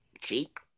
cheap